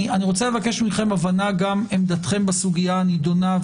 אני רוצה לבקש מכם הבנה גם עמדתכם בסוגיה הנידונה,